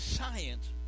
science